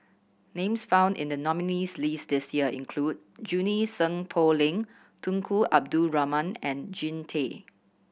names found in the nominees' list this year include Junie Sng Poh Leng Tunku Abdul Rahman and Jean Tay